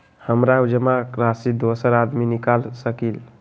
हमरा जमा राशि दोसर आदमी निकाल सकील?